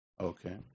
Okay